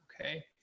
okay